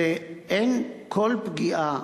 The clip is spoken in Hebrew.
אין כל פגיעה,